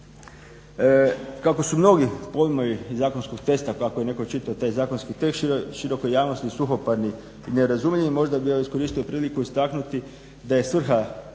Kako su mnogi … zakonskog teksta, kako je netko čitao taj zakonski tekst, širokoj javnosti suhoparni i nerazumljivi možda bi iskoristio priliku istaknuti da je svrha